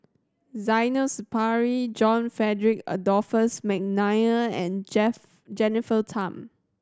Zainal Sapari John Frederick Adolphus McNair and J Jennifer Tham